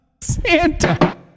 Santa